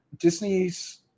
Disney's